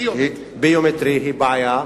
זאת בעיה אחת.